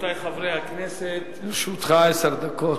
רבותי חברי הכנסת, לרשותך עשר דקות.